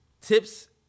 tips